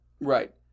Right